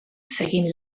seguint